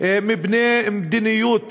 מפני מדיניות